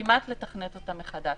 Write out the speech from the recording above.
וכמעט לתכנת אותה מחדש.